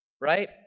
right